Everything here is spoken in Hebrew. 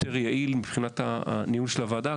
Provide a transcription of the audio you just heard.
יותר יעיל מבחינת הניהול של הוועדה.